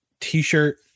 T-shirt